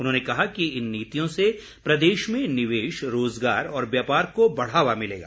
उन्होंने कहा कि इन नीतियों से प्रदेश में निवेश रोज़गार और व्यापार को बढ़ावा मिलेगा